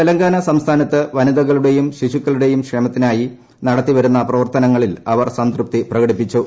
തെലങ്കാന സംസ്ഥാനത്ത് വനിതകളുടെയും ശിശുക്കളുടെയും ക്ഷേമത്തിനായ് നടത്തിവരുന്ന പ്രവർത്തനങ്ങളിൽ അവർ സംതൃപ്തി പ്രകടിപ്പിച്ചു